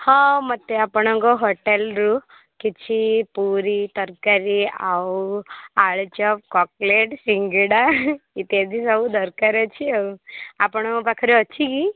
ହଁ ମୋତେ ଆପଣଙ୍କ ହୋଟେଲ୍ରୁ କିଛି ପୁରି ତରକାରୀ ଆଉ ଆଳୁଚପ କକଲେଟ ସିଙ୍ଗଡ଼ା ଇତ୍ୟାଦି ସବୁ ଦରକାର ଅଛି ଆଉ ଆପଣଙ୍କ ପାଖରେ ଅଛି କି